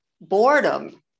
Boredom